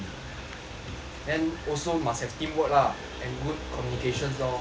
then also must have teamwork lah and good communications lor